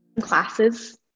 classes